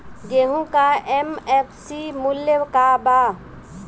गेहू का एम.एफ.सी मूल्य का बा?